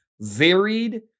varied